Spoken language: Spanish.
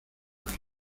bien